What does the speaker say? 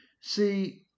See